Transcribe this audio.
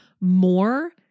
more